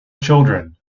children